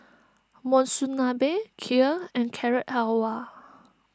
Monsunabe Kheer and Carrot Halwa